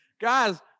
Guys